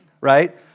Right